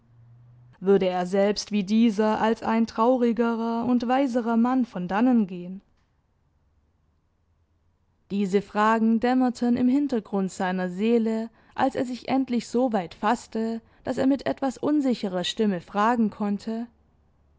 würde er selbst wie dieser als ein traurigerer und weiserer mann von hinnen gehen diese fragen dämmerten im hintergrund seiner seele als er sich endlich so weit faßte daß er mit etwas unsicherer stimme fragen konnte